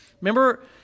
Remember